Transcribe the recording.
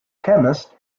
chemist